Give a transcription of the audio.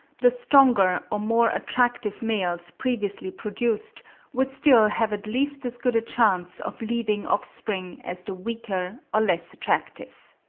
the stronger or more attractive males previously produced would still have at least as good a chance of leaving offspring as the weaker or less attractive.